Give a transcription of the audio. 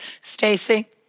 Stacey